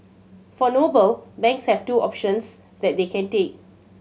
for Noble banks have two options that they can take